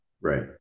right